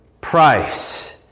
price